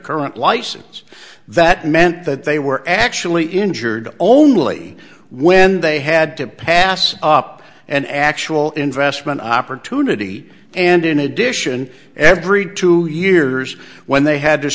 current license that meant that they were actually injured only when they had to pass up an actual investment opportunity and in addition every two years when they had t